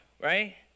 right